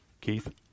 Keith